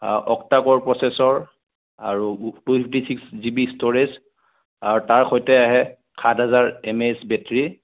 আ octa core processor আৰু with twenty six GB storage আৰু তাৰ সৈতে আহে সাত হেজাৰ এমএইছ বেটেৰী